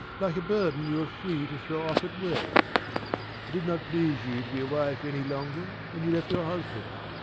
like a burden you were free to throw off at will. it did not please you to be a wife any longer, and you left your husband.